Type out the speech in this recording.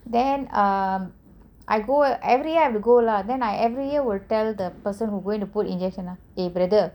then err I go every year I have to go lah then I'll every year will tell the person going to put injection lah eh brother